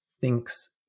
thinks